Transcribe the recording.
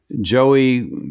Joey